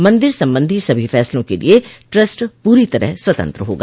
मन्दिर संबंधी सभी फैसलों के लिए ट्रस्ट पूरी तरह स्वतंत्र होगा